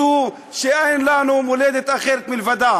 צבא של כולנו, ויש, אלעזר, דילמה מאוד גדולה.